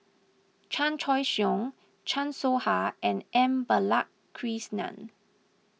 Chan Choy Siong Chan Soh Ha and M Balakrishnan